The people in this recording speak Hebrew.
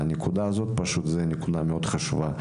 אבל הנקודה הזו היא נקודה מאוד חשובה,